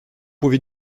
pouvez